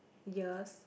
years